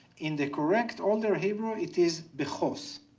in the correct older hebrew it is b'chos.